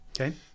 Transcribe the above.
Okay